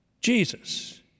Jesus